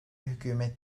hükümet